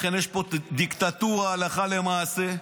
לכן יש פה דיקטטורה הלכה למעשה.